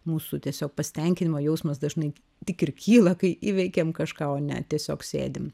mūsų tiesiog pasitenkinimo jausmas dažnai tik ir kyla kai įveikiam kažką o ne tiesiog sėdim